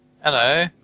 Hello